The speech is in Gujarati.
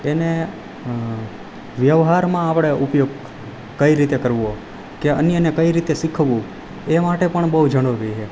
એને વ્યવહારમાં આપણે ઉપયોગ કઈ રીતે કરવો કે અન્યને કઈ રીતે શીખવવું એ માટે પણ બહુ જરૂરી છે